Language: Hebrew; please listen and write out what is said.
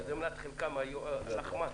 שזה מנת חלקם היומית,